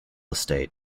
estate